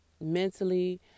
mentally